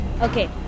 Okay